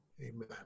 Amen